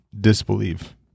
disbelieve